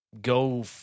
go